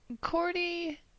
Cordy